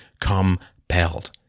compelled